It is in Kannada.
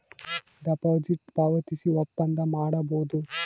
ಡೆಪಾಸಿಟ್ ಪಾವತಿಸಿ ಒಪ್ಪಂದ ಮಾಡಬೋದು